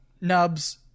Nubs